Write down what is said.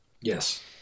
Yes